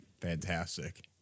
Fantastic